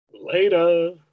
Later